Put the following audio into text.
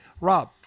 Rob